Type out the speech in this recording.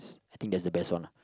I think that's the best one lah